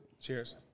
Cheers